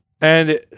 And-